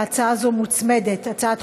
להצעה הזאת, פ/5227,